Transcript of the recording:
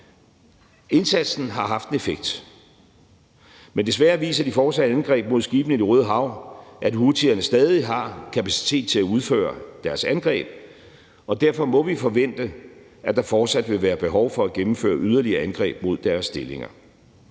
Indsatsen har haft en effekt. Men desværre viser de fortsatte angreb mod skibene i Det Røde Hav, at houthierne stadig har kapacitet til at udføre deres angreb, og derfor må vi forvente, at der fortsat vil være behov for at gennemføre yderligere angreb mod deres stillinger.